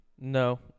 No